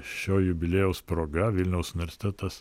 šio jubiliejaus proga vilniaus universitetas